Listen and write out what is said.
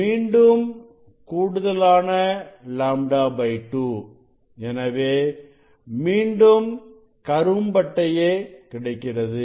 மீண்டும் கூடுதலான λ2 எனவே மீண்டும் கரும் பட்டையே கிடைக்கிறது